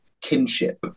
kinship